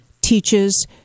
teaches